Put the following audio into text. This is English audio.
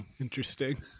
interesting